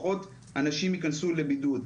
פחות אנשים ייכנסו לבידוד,